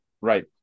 Right